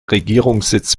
regierungssitz